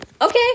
Okay